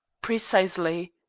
precisely.